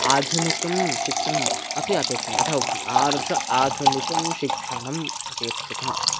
आधुनिकं शिक्षणम् अपि अपेक्षतम् अतः उक्तम् आर्षम् आधुनिकं शिक्षणम् अपेक्षितं